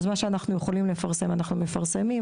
אז מה שאנחנו יכולים לפרסם אנחנו מפרסמים,